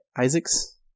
Isaacs